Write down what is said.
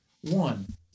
One